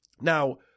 Now